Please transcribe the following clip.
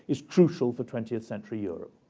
is crucial for twentieth century europe.